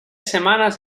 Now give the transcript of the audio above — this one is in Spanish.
semanas